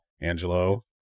Angelo